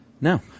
No